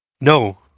No